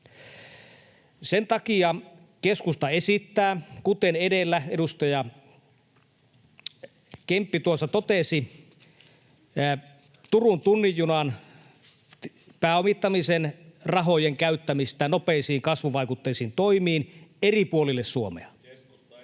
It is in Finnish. Sen takia keskusta esittää, kuten edellä edustaja Kemppi tuossa totesi, Turun tunnin junan pääomittamisen rahojen käyttämistä nopeisiin, kasvuvaikutteisiin toimiin eri puolille Suomea.